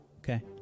Okay